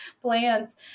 plants